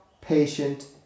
patient